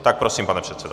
Tak prosím, pane předsedo.